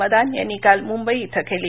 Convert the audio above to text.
मदान यांनी काल मुंबई इथं केली